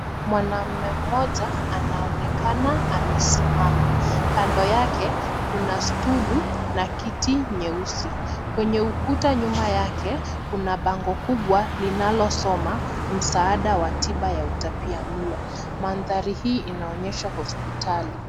Mwanaume mmoja anaonekana amesimama. Kando yake kuna stuli na kiti nyeusi. Kwenye ukuta nyuma yake kuna bango kubwa linalosoma, msaada wa tiba ya utapiamlo. Mandhari hii inaonyesha hospitali.